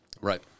Right